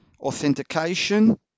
authentication